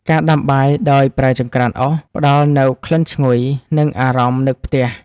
ការដាំបាយដោយប្រើចង្ក្រានអុស ផ្តល់នូវក្លិនឈ្ងុយ និងអារម្មណ៍នឹកផ្ទះ។